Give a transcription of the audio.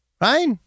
right